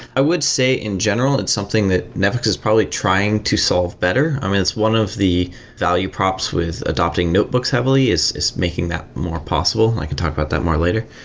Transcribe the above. i would say in general it's something that netflix is probably trying to solve better. i mean it's one of the value props with adapting notebooks heavily is is making that more possible. i could talk about that more later.